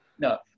No